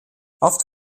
oft